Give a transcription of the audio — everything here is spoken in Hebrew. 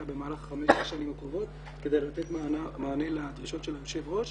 במהלך חמש השנים הקרובות כדי לתת מענה לדרישות של היושב-ראש.